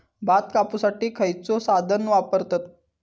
भात कापुसाठी खैयचो साधन वापरतत?